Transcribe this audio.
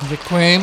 Děkuji.